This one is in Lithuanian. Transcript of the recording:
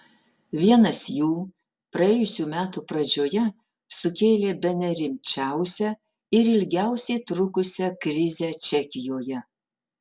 vienas jų praėjusių metų pradžioje sukėlė bene rimčiausią ir ilgiausiai trukusią krizę čekijoje